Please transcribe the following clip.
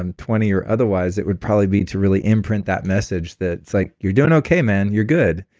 um twenty or otherwise, it would probably be to really imprint that message that's like, you're doing okay, man. you're good.